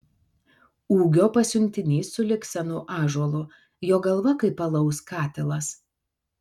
ūgio pasiuntinys sulig senu ąžuolu jo galva kaip alaus katilas